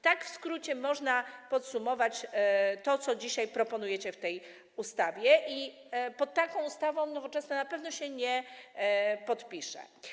Tak w skrócie można podsumować to, co dzisiaj proponujecie w tej ustawie, i pod taką ustawą Nowoczesna na pewno się nie podpisze.